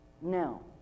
No